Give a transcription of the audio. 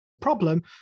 problem